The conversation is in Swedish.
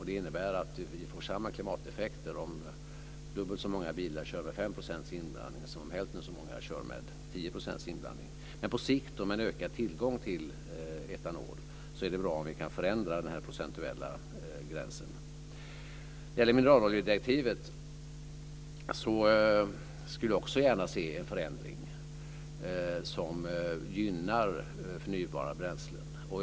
Det innebär att vi får samma klimateffekter om dubbelt så många bilar kör med 5 % inblandning som om hälften så många kör med 10 % inblandning. Med en på sikt ökad tillgång till etanol är det bra om vi kan förändra denna procentuella gräns. Också när det gäller mineraloljedirektivet skulle vi gärna se en förändring som gynnar förnybara bränslen.